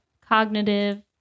cognitive